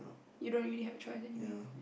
you don't really have a choice anyway